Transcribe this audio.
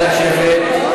נא לשבת.